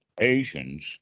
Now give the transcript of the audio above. Asians